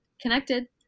connected